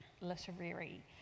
Literary